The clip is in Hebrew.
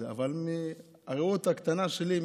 אבל מנקודת הראות הקטנה שלי,